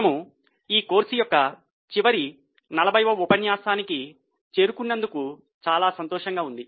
మనము ఈ కోర్సు యొక్క చివరి 40 వ ఉపన్యాసానికి చేరుకున్నందుకు చాలా సంతోషంగా ఉంది